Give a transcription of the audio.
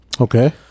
okay